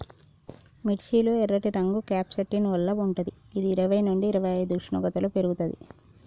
మిర్చి లో ఎర్రటి రంగు క్యాంప్సాంటిన్ వల్ల వుంటది గిది ఇరవై నుండి ఇరవైఐదు ఉష్ణోగ్రతలో పెర్గుతది